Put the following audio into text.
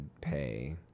pay